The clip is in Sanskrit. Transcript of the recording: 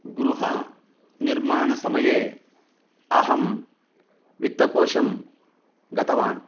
गृहनिर्माणसमये अहं वित्तकोशं गतवान्